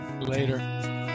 Later